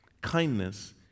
kindness